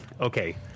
Okay